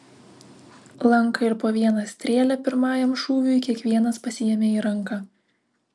lanką ir po vieną strėlę pirmajam šūviui kiekvienas pasiėmė į ranką